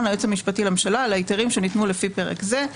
ליועץ המשפטי לממשלה על ההיתרים שניתנו לפי פרק זה.